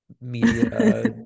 media